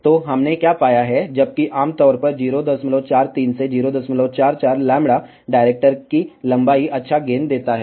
तो हमने क्या पाया है जब कि आम तौर पर 043 से 044λ डायरेक्टर की लंबाई अच्छा गेन देता है